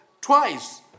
twice